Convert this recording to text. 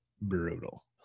brutal